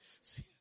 See